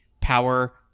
power